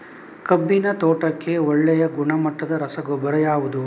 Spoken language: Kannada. ಕಬ್ಬಿನ ತೋಟಕ್ಕೆ ಒಳ್ಳೆಯ ಗುಣಮಟ್ಟದ ರಸಗೊಬ್ಬರ ಯಾವುದು?